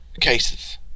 cases